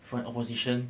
for an opposition